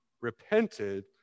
Repented